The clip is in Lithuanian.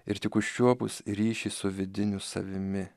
ir tik užčiuopus ryšį su vidinių savimi